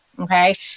Okay